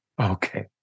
Okay